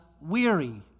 weary